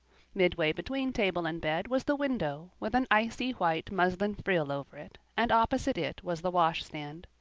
midway between table and bed was the window, with an icy white muslin frill over it, and opposite it was the wash-stand.